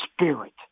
spirit